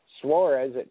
Suarez